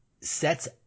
sets